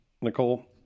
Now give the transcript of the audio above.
Nicole